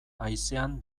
haizean